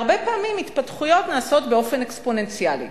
הרבה פעמים התפתחויות נעשות באופן אקספוננציאלי,